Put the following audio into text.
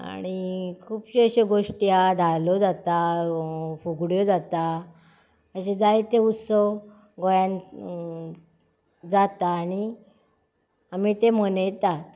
आनी खुबशे अशे गोश्टी हा धालो जाता फुगड्यो जाता अशे जायते उत्सव गोंयांत जाता आनी आमी ते मनयतात